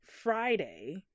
Friday